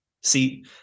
See